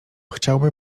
chciałby